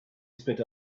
spit